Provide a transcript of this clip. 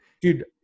dude